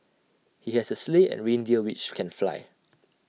he has A sleigh and reindeer which can fly